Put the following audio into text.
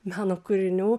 meno kūrinių